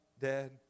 dead